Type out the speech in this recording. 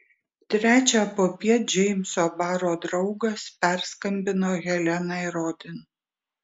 trečią popiet džeimso baro draugas perskambino helenai rodin